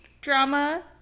drama